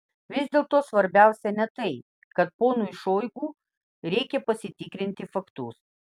vis dėlto svarbiausia ne tai kad ponui šoigu reikia pasitikrinti faktus